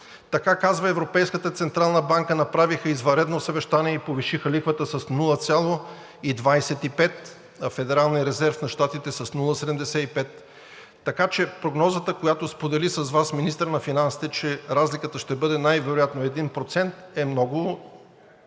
Така казва Европейската централна банка – направиха извънредно съвещание и повишиха лихвата с 0,25, а Федералният резерв на Щатите с 0,75. Така че прогнозата, която сподели с Вас министърът на финансите – че разликата най-вероятно ще бъде 1%, е много